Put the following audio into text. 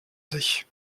sich